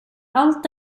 allt